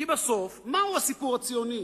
כי בסוף, מהו הסיפור הציוני